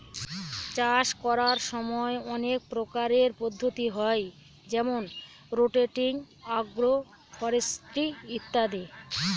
চাষ করার সময় অনেক প্রকারের পদ্ধতি হয় যেমন রোটেটিং, আগ্র ফরেস্ট্রি ইত্যাদি